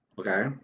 okay